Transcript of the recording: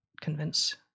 convince